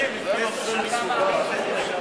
תקשיב רגע,